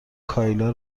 کایلا